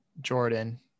Jordan